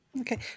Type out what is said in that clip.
Okay